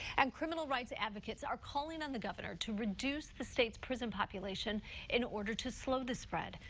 and criminal rights advocates are calling on the governor to reduce the state's prison population in order to slow the spread.